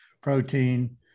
protein